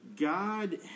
God